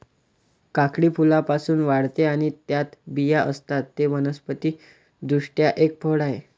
काकडी फुलांपासून वाढते आणि त्यात बिया असतात, ते वनस्पति दृष्ट्या एक फळ आहे